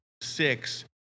six